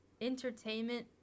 entertainment